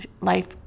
Life